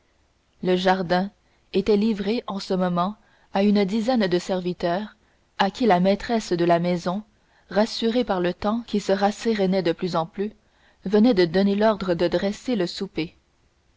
le jardin était livré en ce moment à une dizaine de serviteurs à qui la maîtresse de maison rassurée par le temps qui se rassérénait de plus en plus venait de donner l'ordre de dresser le souper